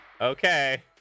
Okay